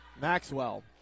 Maxwell